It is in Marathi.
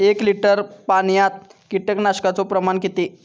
एक लिटर पाणयात कीटकनाशकाचो प्रमाण किती?